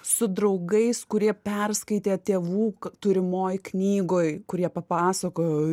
su draugais kurie perskaitė tėvų turimoj knygoj kurie papasakojo